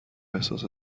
احساس